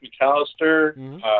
McAllister